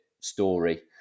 story